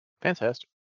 Fantastic